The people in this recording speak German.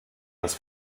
das